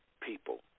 people